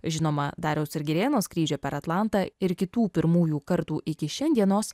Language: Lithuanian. žinoma dariaus ir girėno skrydžio per atlantą ir kitų pirmųjų kartų iki šiandienos